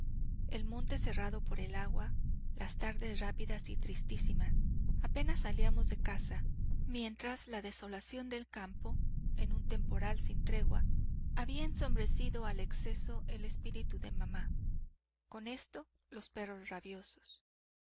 el monte cerrado por el agua las tardes rápidas y tristísimas apenas salíamos de casa mientras la desolación del campo en un temporal sin tregua había ensombrecido al exceso el espíritu de mamá con esto los perros rabiosos